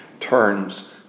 turns